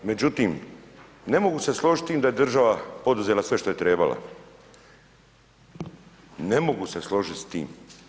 Međutim, ne mogu se složiti s tim da je država poduzela sve što je trebala, ne mogu se složiti s tim.